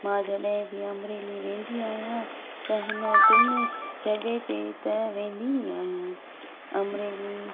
मां जॾहिं बि अमरेली वेंदी आहियां त हिन टिनि जॻह ते त वेंदी ई आहियां अमरेली